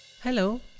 Hello